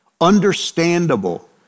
understandable